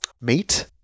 Meat